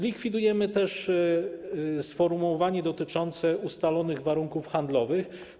Likwidujemy też sformułowanie dotyczące ustalonych warunków handlowych.